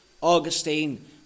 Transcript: Augustine